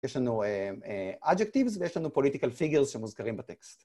יש לנו adjectives ויש לנו political figures שמוזגרים בטקסט.